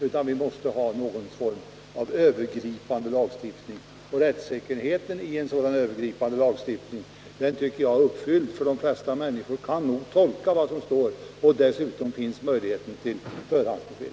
Vi måste därför ha någon form av övergripande lagstiftning. Rättssäkerheten i en sådan övergripande lagstiftning tycker jag är säkrad, eftersom de flesta människor nog kan tolka lagen. Dessutom finns möjligheten att få förhandsbesked.